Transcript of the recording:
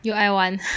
又爱玩